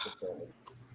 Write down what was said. performance